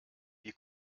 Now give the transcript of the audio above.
wie